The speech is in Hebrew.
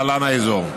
להלן: האזור.